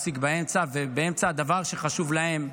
של חשיבה --- גם אתה אומר את זה וגם לימור,